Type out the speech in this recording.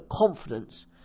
confidence